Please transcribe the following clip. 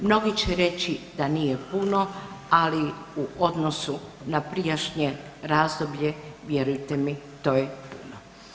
Mnogi će reći da nije puno ali u odnosu na prijašnje razdoblje, vjeruje mi, to je puno.